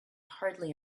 hardly